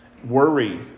Worry